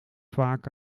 vaak